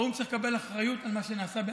האו"ם צריך לקבל אחריות על מה שנעשה בעזה.